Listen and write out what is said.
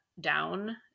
down